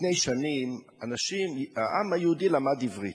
לפני שנים העם היהודי למד עברית.